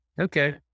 okay